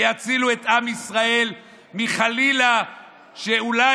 ויצילו את עם ישראל מכך שאולי,